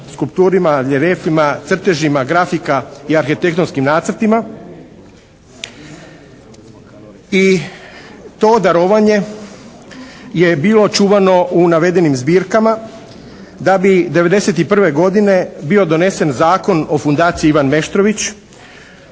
skulpturama, reljefima, crtežima grafika i arhitektonskim nacrtima. I to darovanje je bilo čuvano u navedenim zbirkama da bi '91. godine bio donesen Zakon o fundaciji "Ivan Meštrović"